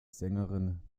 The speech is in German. sängerin